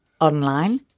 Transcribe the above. online